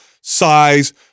size